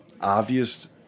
obvious